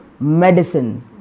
Medicine